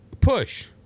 push